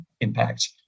impact